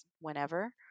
whenever